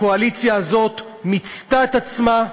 הקואליציה הזאת מיצתה את עצמה,